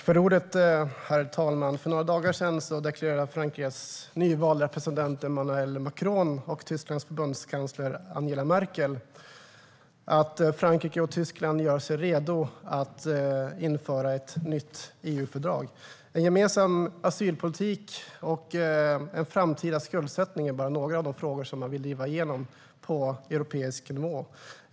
Herr talman! För några dagar sedan deklarerade Frankrikes nyvalde president Emmanuel Macron och Tysklands förbundskansler Angela Merkel att Frankrike och Tyskland gör sig redo att införa ett nytt EU-fördrag. En gemensam asylpolitik och en framtida skuldsättning är bara några av de frågor som man vill driva igenom på europeisk nivå.